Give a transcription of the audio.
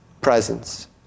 presence